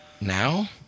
now